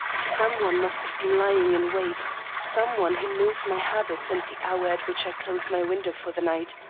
some one must have been lying in wait some one who knows my habits and the hour at which i close my window for the night.